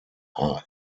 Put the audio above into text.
are